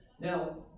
Now